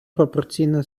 пропорційна